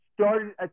started